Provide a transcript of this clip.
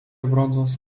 bronzos